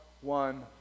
one